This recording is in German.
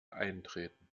eintreten